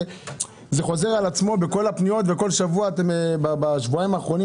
זה חוזר על עצמו בכל הפניות כאשר בשבועיים האחרונים